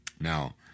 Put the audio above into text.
Now